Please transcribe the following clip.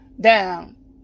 down